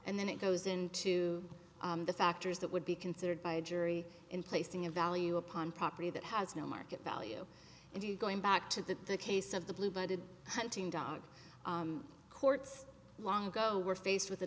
and then it goes into the factors that would be considered by a jury in placing a value upon property that has no market value and you going back to the case of the blue blooded hunting dog courts long ago were faced with